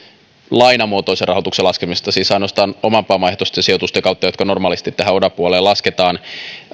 lainamuotoisen rahoituksen laskemista siis ainoastaan oman pääoman ehtoisten sijoitusten kautta jotka normaalisti tähän oda puoleen lasketaan